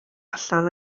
allan